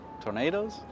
tornadoes